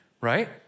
right